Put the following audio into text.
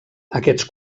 aquests